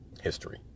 history